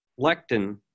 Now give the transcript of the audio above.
lectin